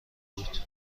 بود